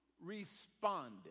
responded